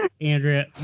Andrea